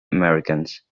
americans